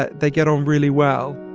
ah they get on really well.